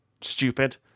stupid